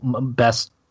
best